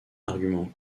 argument